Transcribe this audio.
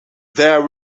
there